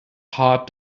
heart